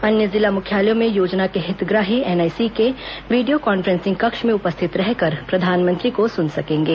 अन्य जिला मुख्यालयों में योजना के हितग्राही एनआईसी के वीडियो कॉन्फ्रेंसिंग कक्ष में उपस्थित रहकर प्रधानमंत्री को सुन सकेंगे